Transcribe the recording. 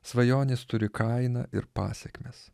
svajonės turi kainą ir pasekmes